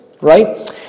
right